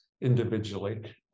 individually